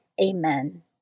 Amen